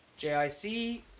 JIC